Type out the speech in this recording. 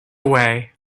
way